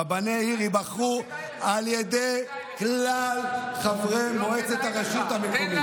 רבני עיר ייבחרו על ידי כלל חברי מועצת הרשות המקומית,